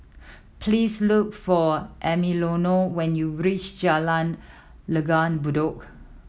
please look for Emiliano when you reach Jalan Langgar Bedok